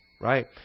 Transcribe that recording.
right